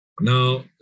Now